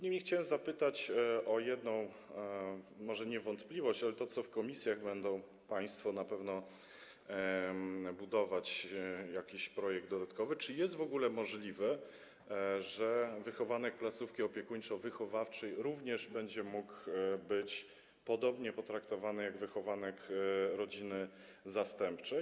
Niemniej chciałem zapytać o jedną może nie wątpliwość, ale o to, co w komisjach będą państwo na pewno budować, jakiś projekt dodatkowy: Czy jest w ogóle możliwe, że wychowanek placówki opiekuńczo-wychowawczej również będzie mógł być podobnie potraktowany jak wychowanek rodziny zastępczej?